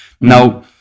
Now